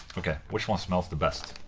ok, which one smells the best?